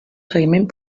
seguiment